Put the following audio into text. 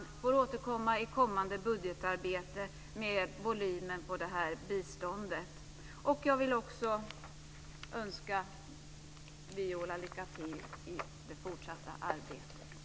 Jag får återkomma i kommande budgetarbete med volymen på det här biståndet. Jag vill också önska Viola lycka till i det fortsatta arbetet.